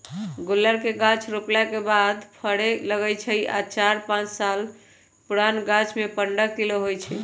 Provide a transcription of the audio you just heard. गुल्लर के गाछ रोपला के दू साल बाद फरे लगैए छइ आ चार पाच साल पुरान गाछमें पंडह किलो होइ छइ